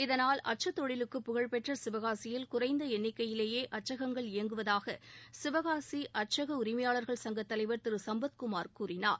இதனால் அச்சுத் தொழிலுக்கு புகழ்பெற்ற சிவகாசியில் குறைந்த எண்ணிக்கையிலேயே அச்சகங்கள் இயங்குவதாக சிவகாசி அச்சக உரிமையாளர்கள் சங்கத் தலைவர் திரு சுப்பத்குமார் கூறினார்